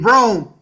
Rome